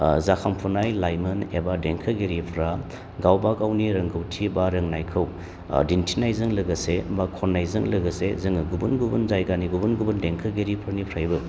जाखांफुनाय लाइमोन एबा देंखोगिरिफ्रा गावबागावनि रोंगौथि बा रोंनायखौ दिन्थिनायजों लोगोसे बा खननायजों लोगोसे जोङो गुबुन गुबुन जायगानि गुबुन गुबुन देंखोगिरिफोरनिफ्रायबो